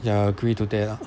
ya agree to that lah